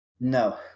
No